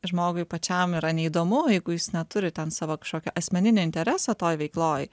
žmogui pačiam yra neįdomu jeigu jūs neturit ten savo kažkokio asmeninio intereso toj veikloj